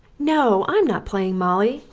no, i'm not playing, molly!